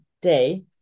day